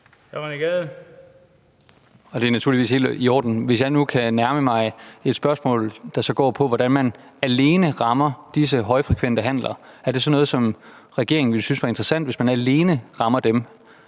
Det er naturligvis helt i orden. Hvis jeg nu kan nærme mig et spørgsmål, der så går på, hvordan man alene rammer disse højfrekvente handler, er det så noget, som regeringen ville synes var interessant – altså, hvis man alene rammer dem?